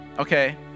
okay